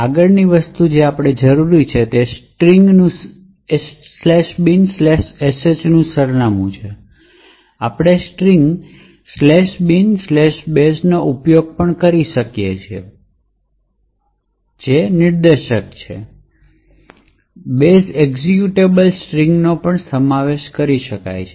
આગળની વસ્તુની આપણે જરૂર છે તે સ્ટ્રિંગ ""binsh"" નું સરનામું છે આપણે સ્ટ્રિંગ ""binbash"" નો ઉપયોગ પણ કરી શકીએ છીએ જે નિર્દેશક છે જે બેશ એક્ઝેક્યુટેબલ સ્ટ્રિંગનો પણ સમાવેશ કરે છે